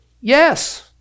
yes